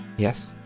Yes